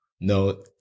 no